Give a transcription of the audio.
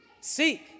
seek